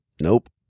Nope